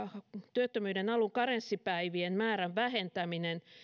työttömyyden alun karenssipäivien määrän vähentäminen